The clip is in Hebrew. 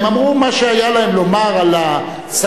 הם אמרו מה שהיה להם לומר על הסכנות,